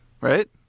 right